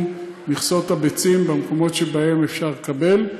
מכסות הביצים במקומות שבהם אפשר לקבל,